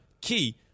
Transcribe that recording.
Key